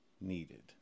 needed